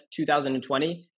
2020